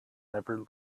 never